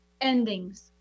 endings